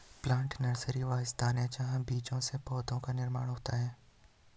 plant nursery वह स्थान है जहां बीजों से पौधों का निर्माण होता है